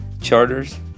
Charters